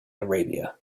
arabia